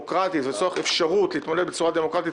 למתן אפשרות להתמודד בצורה דמוקרטית,